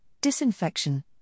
disinfection